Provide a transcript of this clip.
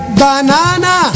banana